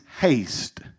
haste